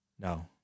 No